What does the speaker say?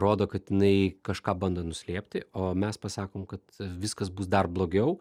rodo kad jinai kažką bando nuslėpti o mes pasakom kad viskas bus dar blogiau